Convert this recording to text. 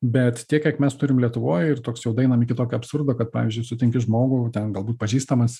bet tiek kiek mes turim lietuvoj ir toks jau daeinam iki tokio absurdo kad pavyzdžiui sutinki žmogų ten galbūt pažįstamas